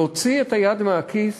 להוציא את היד מהכיס